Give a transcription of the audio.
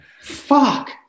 Fuck